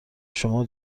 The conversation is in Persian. شما